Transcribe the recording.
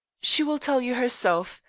she will tell you herself.